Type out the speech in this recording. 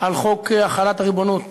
על חוק החלת הריבונות